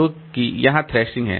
तो कि वहाँ थ्रैशिंग है